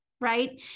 right